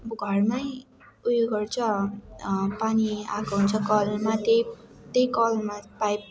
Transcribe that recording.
अब घरमै उयो गर्छ पानी आएको हुन्छ कलमा त्यही त्यही कलमा पाइप